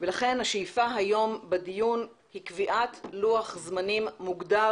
ולכן השאיפה היום בדיון היא קביעת לוח זמנים מוגדר